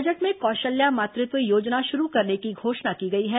budget में कौशल्या मातृत्व योजना शुरू करने की घोषणा की गई है